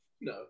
no